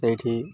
ସେଇଠି